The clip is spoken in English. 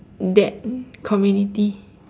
that community